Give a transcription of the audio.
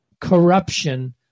corruption